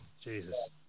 Jesus